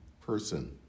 person